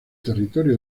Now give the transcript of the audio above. territorio